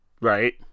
Right